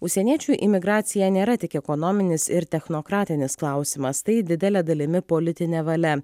užsieniečių imigracija nėra tik ekonominis ir technokratinis klausimas tai didele dalimi politinė valia